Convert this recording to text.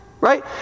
right